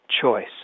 choice